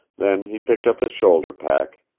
then he picked up his shoulder-pack.